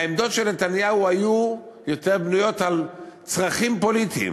העמדות של נתניהו היו יותר בנויות על צרכים פוליטיים.